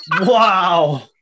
Wow